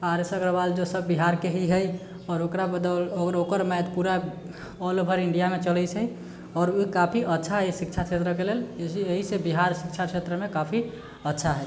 आर S Agarwal जो सब बिहारके ही हइ आओर ओकरा बदौलत आओर ओकर मैथ पूरा ऑल ओवर इण्डियामे चलैत छै आओर ओ काफी अच्छा हइ शिक्षा क्षेत्रके लेल एहि से बिहार शिक्षा क्षेत्रमे काफी अच्छा हइ